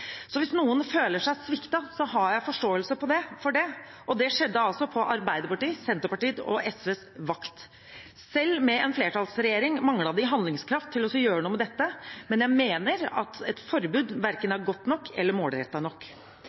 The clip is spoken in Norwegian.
Så hvis noen føler seg sviktet, har jeg forståelse for det. Det skjedde altså på Arbeiderpartiet, Senterpartiet og SVs vakt. Selv med en flertallsregjering manglet de handlekraft til å gjøre noe med dette, men jeg mener at et forbud verken er godt nok eller målrettet nok.